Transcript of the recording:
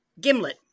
gimlet